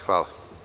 Hvala.